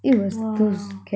!wow!